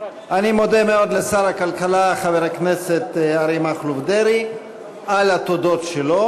אני מודה מאוד לשר הכלכלה חבר הכנסת אריה מכלוף דרעי על התודות שלו.